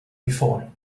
before